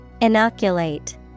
Inoculate